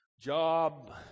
job